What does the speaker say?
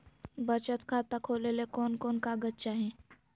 बचत खाता खोले ले कोन कोन कागज चाही?